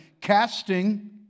casting